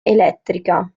elettrica